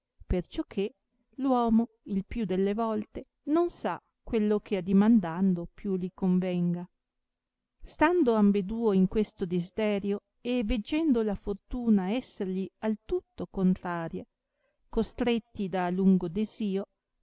concessa perciò che uomo il più delle volte non sa quello che addimandando più li convenga stando ambeduo in questo desiderio e veggendo la fortuna essergli al tutto contraria costretti da lungo desio